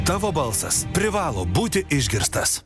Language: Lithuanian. tavo balsas privalo būti išgirstas